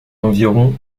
environ